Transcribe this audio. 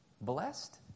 Blessed